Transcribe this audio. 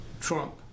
Trump